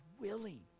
willing